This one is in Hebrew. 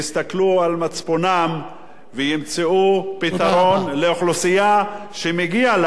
וימצאו פתרון לאוכלוסייה שמגיע לה לא רק בחובות